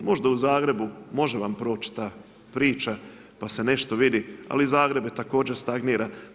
Možda u Zagrebu može vam proći ta priča pa se nešto vidi, ali Zagreb također stagnira.